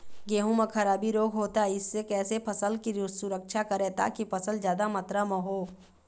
गेहूं म खराबी रोग होता इससे कैसे फसल की सुरक्षा करें ताकि फसल जादा मात्रा म हो?